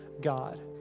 god